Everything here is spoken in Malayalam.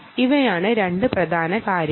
ഇവയാണ് 2 പ്രധാന കാര്യങ്ങൾ